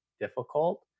difficult